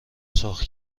سرخ